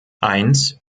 eins